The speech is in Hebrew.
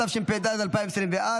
התשפ"ד 2024,